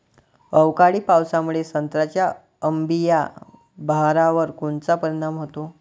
अवकाळी पावसामुळे संत्र्याच्या अंबीया बहारावर कोनचा परिणाम होतो?